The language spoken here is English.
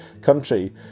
country